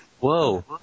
Whoa